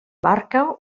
barca